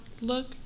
look